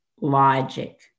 logic